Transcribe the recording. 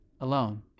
alone